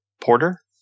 Porter